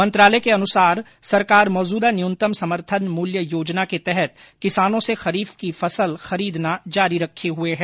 मंत्रालय के अनुसार सरकार मौजूदा न्यूनतम समर्थन मूल्य योजना के तहत किसानों से खरीफ की फसल खरीदना जारी रखे हुए है